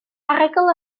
arogl